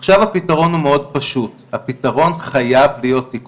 עכשיו, הפתרון הוא מאוד פשוט.